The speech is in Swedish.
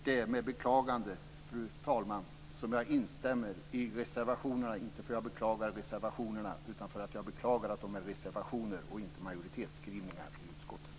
Det är med beklagande, fru talman, som jag instämmer i reservationerna, inte att jag beklagar reservationerna utan det att det är reservationer och inte majoritetsskrivningar i utskottet.